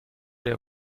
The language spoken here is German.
der